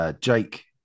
Jake